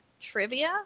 Trivia